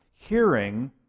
hearing